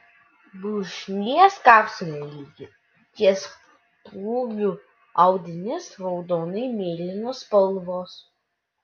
blužnies kapsulė lygi ties pjūviu audinys raudonai mėlynos spalvos